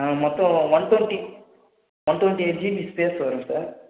மொத்தம் one twenty one twenty GB space வரும் sir